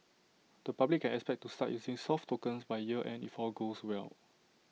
the public can expect to start using soft tokens by year end if all goes well